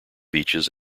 beaches